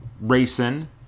Racing